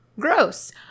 gross